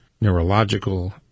neurological